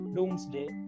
Doomsday